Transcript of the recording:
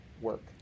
work